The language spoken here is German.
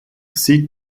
sie